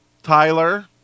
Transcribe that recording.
Tyler